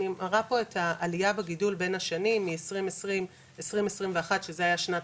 אני מראה פה את העלייה בגידול בין 2021 שזה היה שנת